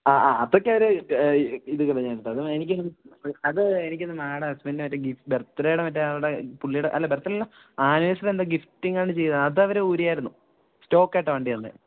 ആഹ് ആഹ് അതൊക്കെ അവര് ഇത് കളഞ്ഞായിരുന്നു കേട്ടോ അത് എനിക്ക് അത് എനിക്ക് തോന്നുന്നു മാഡം ഹസ്ബൻഡിന് മറ്റെ ഗിഫ്റ്റ് ബർത്ത്ഡേയുടെ മറ്റേ അവിടെ പുള്ളിയുടെ അല്ല ബർത്ഡേ അല്ലല്ലോ ആനിവേഴ്സറിയുടെ എന്തോ ഗിഫ്റ്റിങ് എന്തോ ചെയ്തത് അത് അവര് ഊരിയായിരുന്നു സ്റ്റോക്കായിട്ടാണ് വണ്ടി തരുന്നത്